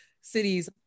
cities